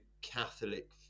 Catholic